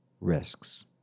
risks